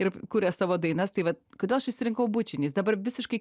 ir kuria savo dainas tai va kodėl aš išsirinkau bučinį jis dabar visiškai